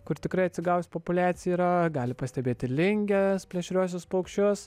kur tikrai atsigavus populiacija yra gali pastebėti linges plėšriuosius paukščius